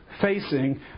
facing